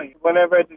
whenever